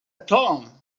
توم